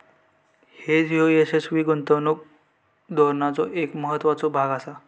hedge ह्यो यशस्वी गुंतवणूक धोरणाचो एक महत्त्वाचो भाग आसा